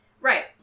Right